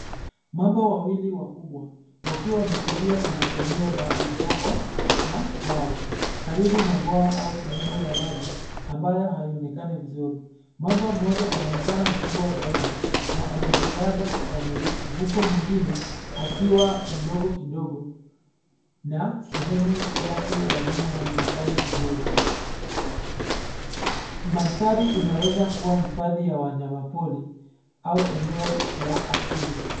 Mamba wawili wakubwa wakiwa wametulia kwenye eneo la udongo na mawe karibu na bwawa au sehemu ya maji ambayo haionekani vizuri. Mamba mmoja anaonekana mkubwa zaidi na amejilaza kikamilifu huku mwingine, akiwa mdogo kidogo na sehemu yake ya nyuma haionekani vizuri. Mandhari inaweza kuwa hifadhi ya wanyama pori au eneo la asili.